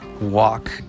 walk